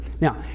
now